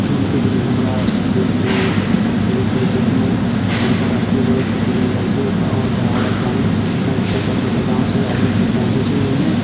cricket जे हमरा देशके खेल छै जौनमे अन्तर्राष्ट्रीय लेवेलपे खेलल जाइ छै एकरा आओर बढ़ावा चाही छोटा छोटा गाँमसँ आदमीसभ पहुँचै छै ओहिमे